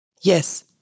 Yes